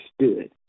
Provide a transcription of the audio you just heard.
understood